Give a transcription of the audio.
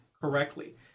correctly